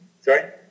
Sorry